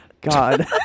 God